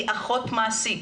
היא אחות מעשית.